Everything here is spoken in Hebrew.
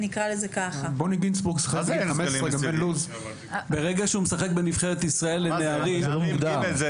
ברגע שהוא משחק בנבחרת ישראל לנערים --- זה לא מוגדר.